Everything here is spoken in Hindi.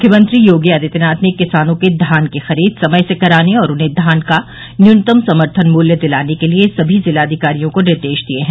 मुख्यमंत्री योगी आदित्यनाथ ने किसानों के धान की खरीद समय से कराने और उन्हें धान का न्यूनतम समर्थन मूल्य दिलाने के लिए सभी जिलाधिकारियों को निर्देश दिये हैं